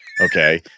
okay